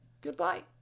Goodbye